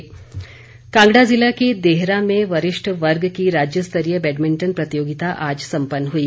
badminton Kangra ज़िले के देहरा में वरिष्ठ वर्ग की राज्यस्तरीय बैडमिंटन प्रतियोगिता आज सम्पन्न हुई